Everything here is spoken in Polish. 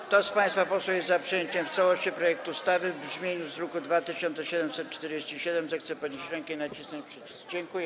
Kto z państwa posłów jest za przyjęciem w całości projektu ustawy w brzmieniu z druku nr 2747, zechce podnieść rękę i nacisnąć przycisk.